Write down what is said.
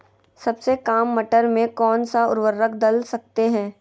सबसे काम मटर में कौन सा ऊर्वरक दल सकते हैं?